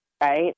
right